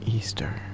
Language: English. Easter